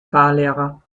fahrlehrer